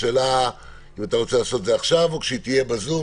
השאלה היא אם אתה רוצה לעשות את זה עכשיו או כשהיא תהיה בזום.